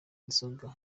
inzoga